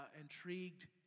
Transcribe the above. intrigued